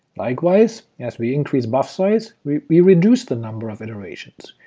likewise, as we increase buffsize, we we reduce the number of iterations,